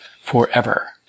forever